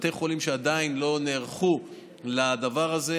בתי חולים שעדיין לא נערכו לדבר הזה,